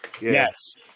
Yes